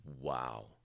Wow